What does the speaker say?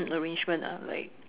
arrangement ah like